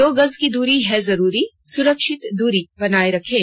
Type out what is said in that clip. दो गज की दूरी है जरूरी सुरक्षित दूरी बनाए रखें